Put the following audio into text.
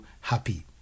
happy